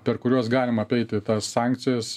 per kuriuos galima apeiti tas sankcijas